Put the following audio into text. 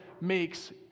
makes